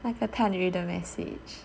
那个探鱼的 message